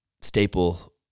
staple